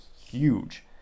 huge